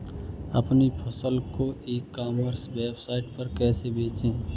अपनी फसल को ई कॉमर्स वेबसाइट पर कैसे बेचें?